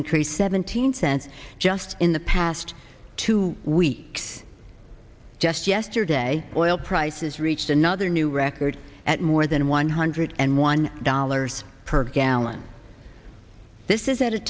increased neven teen sent just in the past two weeks just yesterday oil prices reached another new record at more than one hundred and one dollars per gallon this is at a